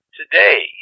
today